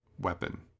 weapon